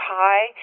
high